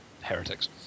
heretics